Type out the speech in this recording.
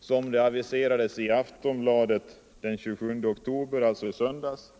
som aviserades i Aftonbladet den 27 oktober, alltså i söndags.